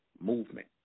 Movement